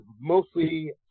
mostly